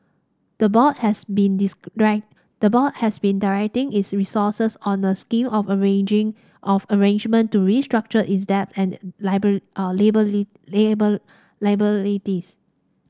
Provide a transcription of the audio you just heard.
the board has been the board has been directing its resources on a scheme of arranging of arrangement to restructure its debts and lable liabilities